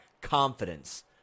confidence